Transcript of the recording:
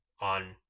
on